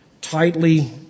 tightly